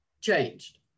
changed